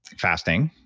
fasting,